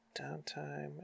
downtime